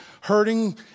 hurting